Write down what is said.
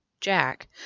Jack